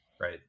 right